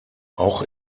auch